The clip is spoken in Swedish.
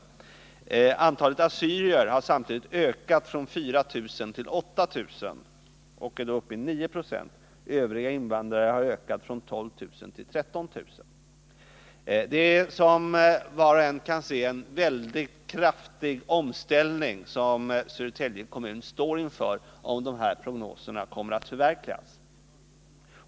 Antalet assyrier har samtidigt ökat från 4 000 till 8 000 och är då uppe i 9 Zo. Antalet övriga invandrare har ökat från 12 000 till 13 000. Det är som var och en inser en väldigt kraftig omställning som Södertälje kommun står inför om prognoserna slår in.